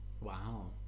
Wow